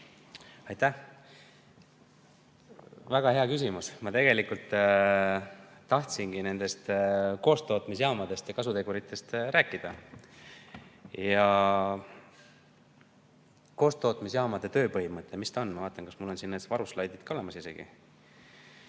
Aitäh! Väga hea küsimus. Ma tegelikult tahtsingi koostootmisjaamadest ja kasuteguritest rääkida. Koostootmisjaamade tööpõhimõte, mis see on? Ma vaatan, kas mul on varuslaidid ka olemas.